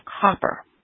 copper